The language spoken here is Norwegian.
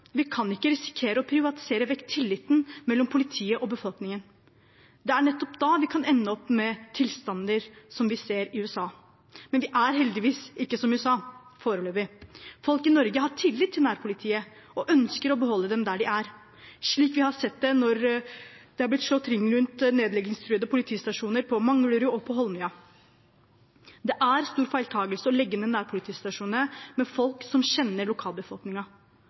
Vi kan ikke risikere å privatisere vekk tilliten mellom politiet og befolkningen. Det er nettopp da vi kan ende med tilstander som dem vi ser i USA. Men vi er heldigvis ikke som USA – foreløpig. Folk i Norge har tillit til nærpolitiet og ønsker å beholde dem der de er, slik vi har sett det når det har blitt slått ring rundt nedleggingstruede politistasjoner på Manglerud og på Holmlia. Det er en stor feiltagelse å legge ned nærpolitistasjonene med folk som kjenner